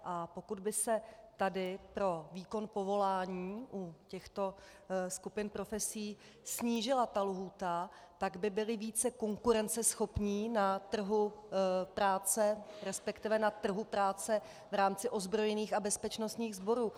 A pokud by se tady pro výkon povolání u těchto skupin profesí snížila ta lhůta, tak by byli více konkurenceschopní na trhu práce, resp. na trhu práce v rámci ozbrojených a bezpečnostních sborů.